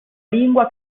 lingua